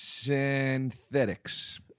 Synthetics